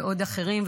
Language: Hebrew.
ועוד אחרים.